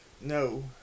No